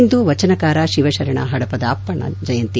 ಇಂದು ವಚನಕಾರ ಶಿವಶರಣ ಹಡಪದ ಅಪ್ಪಣ್ಣನ ಜಯಂತಿ